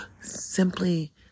simply